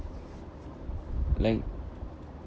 like